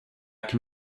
can